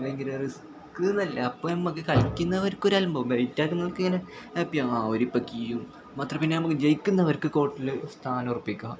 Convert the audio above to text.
ഭയങ്കര റിസ്ക്കെന്നല്ല അപ്പം നമുക്ക് കളിക്കുന്നവർക്കൊരലമ്പാകും വെയിറ്റാക്കുന്നവർക്ക് ഇങ്ങനെ ഹാപ്പിയാണ് ആ അവരിപ്പം കീയും മാത്ര പിന്നെ ഞമക്ക് ജയിക്കുന്നവർക്ക് കോർട്ടിൽ സ്ഥാനം ഉറപ്പിയ്ക്കുക